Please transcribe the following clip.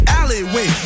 alleyway